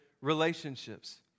relationships